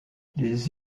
les